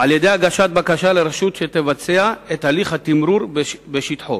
ולשם כך להגיש בקשה לרשות שתבצע את הליך התמרור בשטחו,